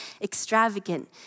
extravagant